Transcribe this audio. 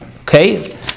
Okay